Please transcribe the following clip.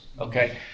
okay